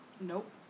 Nope